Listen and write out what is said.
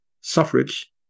suffrage